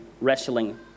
wrestling